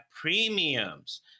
premiums